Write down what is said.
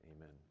amen